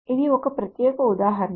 ఇది ఒక ప్రత్యేక ఉదాహరణ